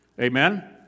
Amen